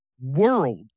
world